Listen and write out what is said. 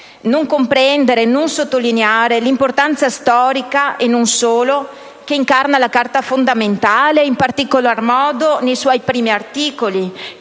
non comprendere e non sottolineare l'importanza storica (e non solo) che incarna la Carta fondamentale, in particolar modo nei suoi primi articoli